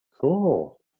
Cool